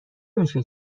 میشه